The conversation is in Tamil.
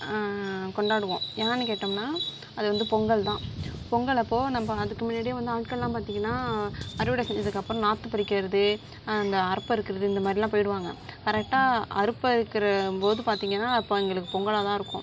கொண்டாடுவோம் என்னான்னு கேட்டோம்னா அது வந்து பொங்கல் தான் பொங்கல் அப்போ நம்ப அதுக்கு முன்னாடியே வந்து ஆட்கள்லாம் பார்த்தீங்கனா அறுவடை செஞ்சதுக்கு அப்புறோம் நாற்று பறிக்கறது அந்த அறுப்பறுக்குறது இந்தமாதிரிலான் போயிடுவாங்க கரெட்டாக அறுப்பருக்கறம்போது பார்த்தீங்கனா அப்போ எங்களுக்கு பொங்கலாகதான் இருக்கும்